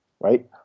right